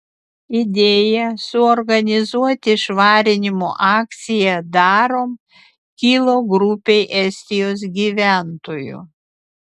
idėja suorganizuoti švarinimo akciją darom kilo grupei estijos gyventojų